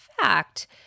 fact